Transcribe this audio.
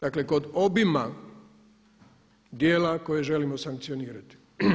Dakle, kod obima djela koje želimo sankcionirati.